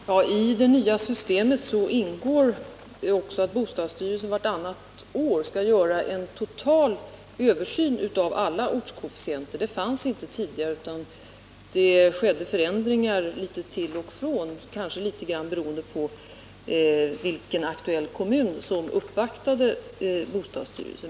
Herr talman! I det nya systemet ingår också att bostadsstyrelsen vartannat år skall göra en total översyn av alla ortskoefficienter. Den regeln fanns inte tidigare, utan det gjordes förändringar litet till och från, kanske litet grand beroende på vilken kommun som uppvaktade bostadsstyrelsen.